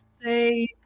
say